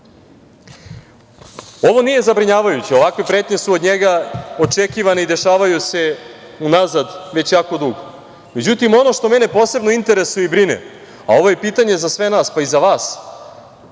nije zabrinjavajuće, ovakve su pretnje od njega očekivane i dešavaju se u nazad već jako dugo. Međutim, ono što mene posebno interesuje i brine, a ovo je i pitanje za sve nas, pa i za vas